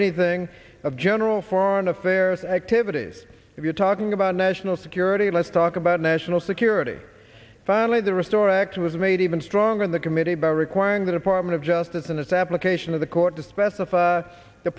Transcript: anything of general foreign affairs activities if you're talking about national security let's talk about national security finally the restore act was made even stronger in the committee by requiring the department of justice in its application of the court to specify the